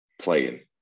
playing